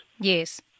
Yes